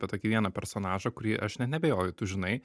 apie tokį vieną personažą kurį aš net neabejoju tu žinai